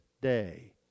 day